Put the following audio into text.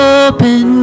open